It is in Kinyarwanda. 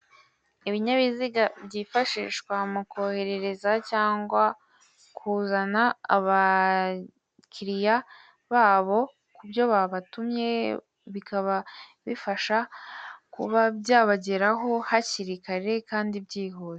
Ibinyabiziga byifashishwa mukoherereza cyangwa kuzana, abakiriya babo kubyo babatumye bikaba bifasha, kuba byabageraho hakiri kare kandi byihuse.